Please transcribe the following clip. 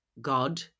God